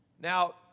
Now